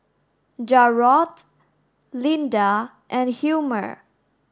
Jarrod Lynda and Hilmer